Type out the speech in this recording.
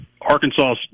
Arkansas